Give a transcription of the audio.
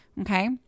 Okay